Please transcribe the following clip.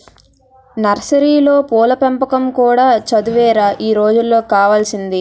నర్సరీలో పూల పెంపకం కూడా చదువేరా ఈ రోజుల్లో కావాల్సింది